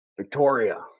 Victoria